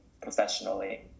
professionally